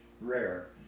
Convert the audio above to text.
rare